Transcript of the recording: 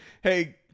hey